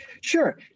Sure